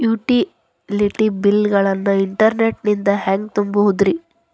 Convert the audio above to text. Utility bill ಗಳನ್ನ internet ನಿಂದ ಹೆಂಗ್ ತುಂಬೋದುರಿ?